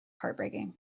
heartbreaking